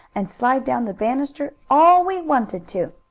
and slide down the banister, all we wanted to.